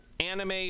anime